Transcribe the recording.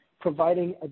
providing